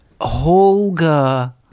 holga